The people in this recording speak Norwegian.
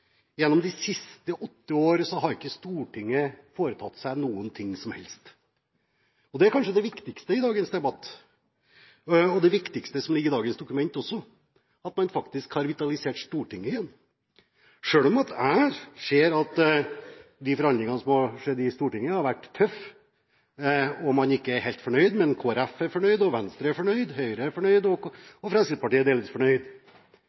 Gjennom de siste åtte årene har ikke Stortinget foretatt seg noe som helst. Det viktigste i dagens debatt – og det viktigste som ligger i dagens dokument også – er kanskje at man faktisk har vitalisert Stortinget igjen. Selv om jeg ser at forhandlingene i Stortinget har vært tøffe, og at man ikke er helt fornøyd – men Kristelig Folkeparti er fornøyd, Venstre er fornøyd, Høyre er fornøyd og Fremskrittspartiet er delvis fornøyd